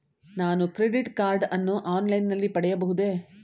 ನಾನು credit card ಅನ್ನು online ನಲ್ಲಿ ಪಡೆಯಬಹುದೇ?